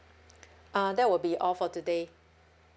uh that will be all for today